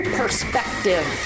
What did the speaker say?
perspective